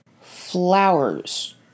flowers